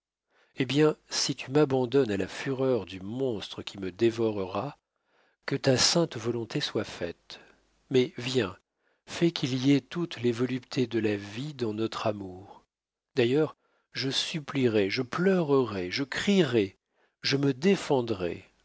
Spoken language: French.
eh bien si tu m'abandonnes à la fureur du monstre qui me dévorera que ta sainte volonté soit faite mais viens fais qu'il y ait toutes les voluptés de la vie dans notre amour d'ailleurs je supplierai je pleurerai je crierai je me défendrai